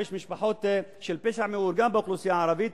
אם יש משפחות של פשע מאורגן באוכלוסייה הערבית,